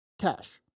cash